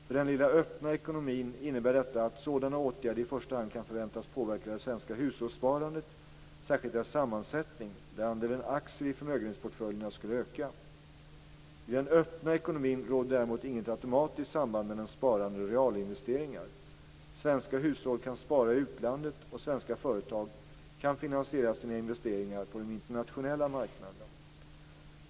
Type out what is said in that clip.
För den lilla öppna ekonomin innebär detta att sådana åtgärder i första hand kan förväntas påverka det svenska hushållssparandet, särskilt dess sammansättning, där andelen aktier i förmögenhetsportföljerna skulle öka. I den öppna ekonomin råder däremot inget automatiskt samband mellan sparande och realinvesteringar - svenska hushåll kan spara i utlandet, och svenska företag kan finansiera sina investeringar på de internationella marknaderna.